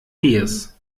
peas